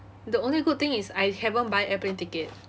the only good thing is I haven't buy airplane ticket